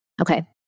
Okay